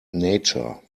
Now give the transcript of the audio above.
nature